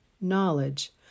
knowledge